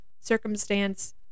circumstance